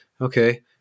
okay